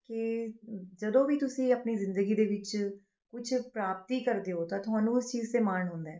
ਕਿ ਜਦੋਂ ਵੀ ਤੁਸੀਂ ਆਪਣੀ ਜ਼ਿੰਦਗੀ ਦੇ ਵਿੱਚ ਕੁਛ ਪ੍ਰਾਪਤੀ ਕਰਦੇ ਹੋ ਤਾਂ ਤੁਹਾਨੂੰ ਉਸ ਚੀਜ਼ 'ਤੇ ਮਾਣ ਹੁੰਦਾ ਹੈ